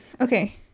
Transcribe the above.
Okay